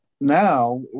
now